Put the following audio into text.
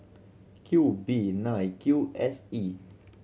Q B nine Q S E